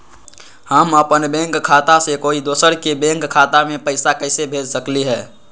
हम अपन बैंक खाता से कोई दोसर के बैंक खाता में पैसा कैसे भेज सकली ह?